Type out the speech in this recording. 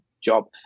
job